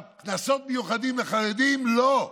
אבל קנסות מיוחדים לחרדים, לא.